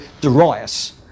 Darius